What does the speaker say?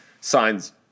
signs